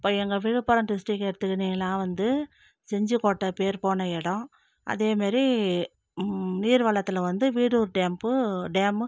இப்போ எங்கள் விழுப்புரம் டிஸ்ட்ரிக்க எடுத்துக்கிட்டீங்கன்னா வந்து செஞ்சிக்கோட்டை பேர் போன இடம் அதேமாதிரி நீர்வளத்தில் வந்து வீடூர் டேம்ப்பு டேம்